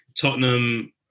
Tottenham